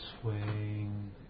swaying